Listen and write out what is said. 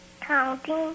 Counting